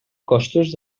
costos